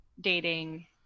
dating